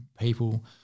people